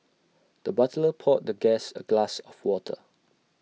the butler poured the guest A glass of water